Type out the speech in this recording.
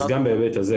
אז גם בהיבט הזה,